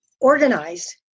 organized